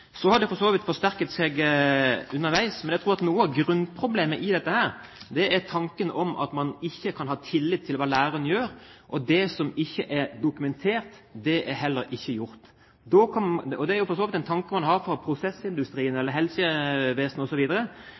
Så har det for så vidt forsterket seg underveis. Men jeg tror at noe av grunnproblemet i dette er tanken om at man ikke kan ha tillit til hva læreren gjør, og det som ikke er dokumentert, det er heller ikke gjort. Det er for så vidt en tanke man har fra prosessindustrien og helsevesenet